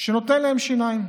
שנותן להם שיניים,